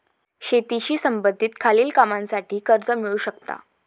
शेतीशी संबंधित खालील कामांसाठी कर्ज मिळू शकता